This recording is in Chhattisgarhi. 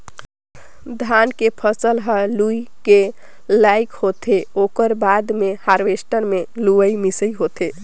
धान के फसल ह लूए के लइक होथे ओकर बाद मे हारवेस्टर मे लुवई मिंसई होथे